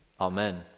Amen